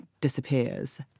disappears